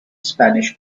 spanish